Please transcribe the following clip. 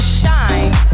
shine